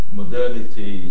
modernity